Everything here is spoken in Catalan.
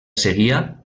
seguia